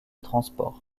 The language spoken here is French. transport